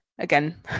again